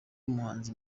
umuhanzi